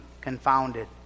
confounded